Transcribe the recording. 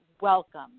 welcome